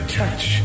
touch